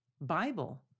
Bible